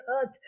Earth